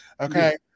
okay